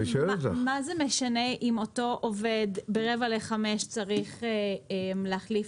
מה זה משנה אם אותו עובד בשעה 16:45 צריך לטפל